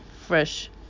fresh